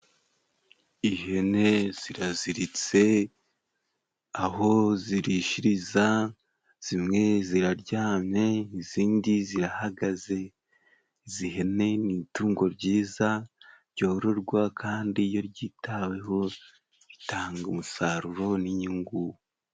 Ihene ziraziritse aho zirishiriza zimwe ziraryamye, izindi zirahagaze izi hene ni itungo ryiza ryororwa, kandi iyo zitaweho bitanga umusaruro n'inyungu.